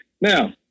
Now